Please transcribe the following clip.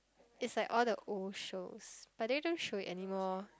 it's like all the old shows but they don't show it anymore